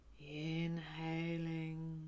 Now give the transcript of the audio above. Inhaling